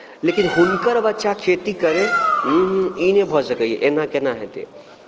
लेकिन हुनकर बच्चा खेती करय ऊँहुँ ई नहि भऽ सकैए एना केना हेतै